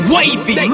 Wavy